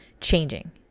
changing